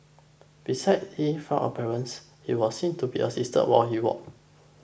besides Li's frail appearance he was seen to be assisted while he walked